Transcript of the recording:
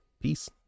Peace